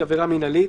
היא עבירה מינהלית.